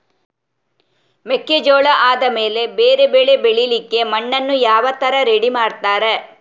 ಮೆಕ್ಕೆಜೋಳ ಆದಮೇಲೆ ಬೇರೆ ಬೆಳೆ ಬೆಳಿಲಿಕ್ಕೆ ಮಣ್ಣನ್ನು ಯಾವ ತರ ರೆಡಿ ಮಾಡ್ತಾರೆ?